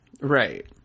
right